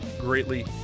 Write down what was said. greatly